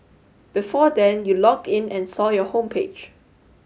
before then you logged in and saw your homepage